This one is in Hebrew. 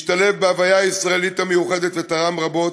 השתלב בהוויה הישראלית המיוחדת ותרם רבות.